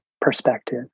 perspective